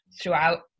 throughout